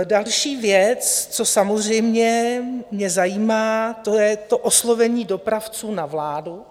Další věc, co samozřejmě mě zajímá, to je to oslovení dopravců na vládu.